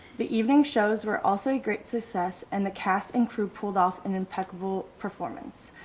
the evening shows were also a great success, and the cast and crew pulled off an impeccable performance.